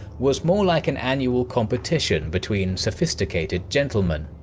was more like an annual competition between sophisticated gentlemen.